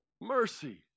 mercy